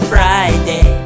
Friday